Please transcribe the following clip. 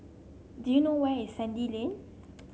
do you know where is Sandy Lane